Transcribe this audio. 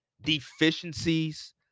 deficiencies